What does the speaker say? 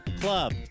Club